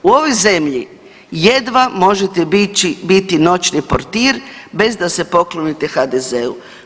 U ovoj zemlji jedna možete biti noćni portir bez da se poklonite HDZ-u.